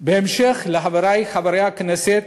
בהמשך לדברי חברי חברי הכנסת